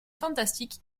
fantastique